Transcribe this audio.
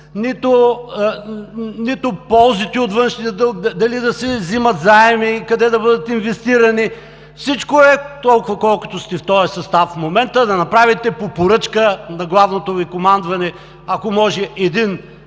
нито ползите от външния дълг – дали да се вземат заеми, къде да бъдат инвестирани. Всичко е толкова, колкото сте в този състав в момента, да направите по поръчка на главното Ви командване, ако може, един